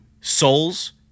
souls